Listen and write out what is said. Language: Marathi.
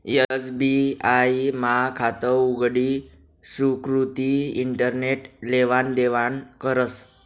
एस.बी.आय मा खातं उघडी सुकृती इंटरनेट लेवान देवानं करस